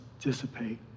Dissipate